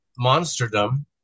monsterdom